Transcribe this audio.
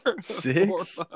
Six